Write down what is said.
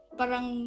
parang